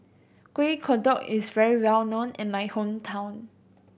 Kuih Kodok is very well known in my hometown